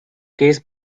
case